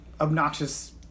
obnoxious